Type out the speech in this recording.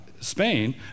Spain